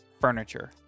furniture